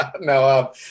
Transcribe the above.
no